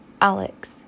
Alex